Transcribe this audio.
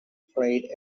prayed